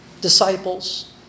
disciples